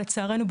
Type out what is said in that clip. לצערנו,